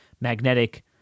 magnetic